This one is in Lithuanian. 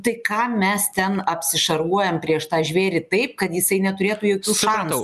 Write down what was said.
tai kam mes ten apsišarvuojam prieš tą žvėrį taip kad jisai neturėtų jokių šansų